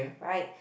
right